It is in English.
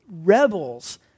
rebels